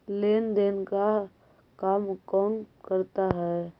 लेन देन का काम कौन करता है?